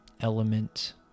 element